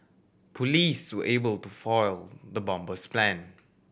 police were able to foil the bomber's plan